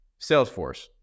Salesforce